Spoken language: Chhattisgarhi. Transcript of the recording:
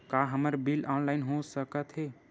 का हमर बिल ऑनलाइन हो सकत हे?